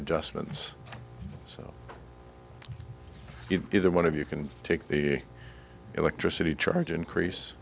adjustments so either one of you can take the electricity charge increase